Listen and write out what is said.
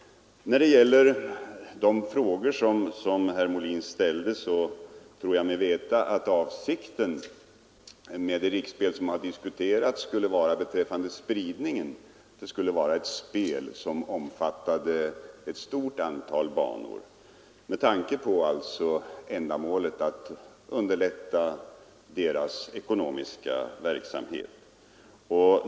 Beträffande de frågor som herr Molin ställde vill jag svara att jag tror mig veta att avsikten beträffande spridningen av det riksspel som diskuterats är att det skall vara ett spel som omfattar ett stort antal banor, detta med tanke på syftet att underlätta den ekonomiska verksamheten vid dessa banor.